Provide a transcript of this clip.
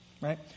right